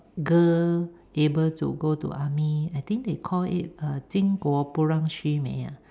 girl able to go to army I think they call it uh 巾帼不让须眉 ah